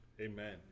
Amen